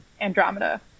Andromeda